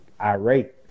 irate